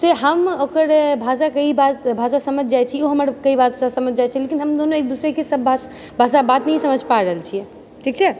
से हम ओकर भाषाके ई बात भाषा समझ जाय छियै ओ हमर कई बातसऽ समझ जाय छै लेकिन हम दुनू के एक दुसरे के सब भाषा बात नहि समझ पा रहल छियै ठीक छै